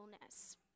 illness